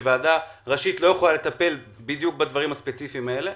כאשר ועדה ראשית לא יכולה לטפל בדיוק בדברים הספציפיים האלה.